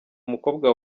umukobwa